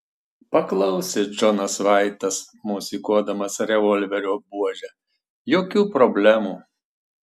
paklausė džonas vaitas mosikuodamas revolverio buože jokių problemų